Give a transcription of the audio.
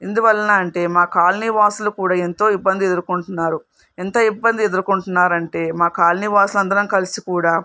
ఎందువలన అంటే మా కాలనీ వాసులు కూడా ఎంతో ఇబ్బంది ఎదుర్కొంటున్నారు ఎంత ఇబ్బంది ఎదుర్కొంటున్నారంటే మా కాలనీ వాసులు అందరం అందరం కలిసి కూడా